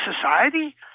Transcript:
society